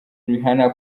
rihanna